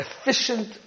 efficient